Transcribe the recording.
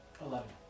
Eleven